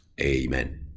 Amen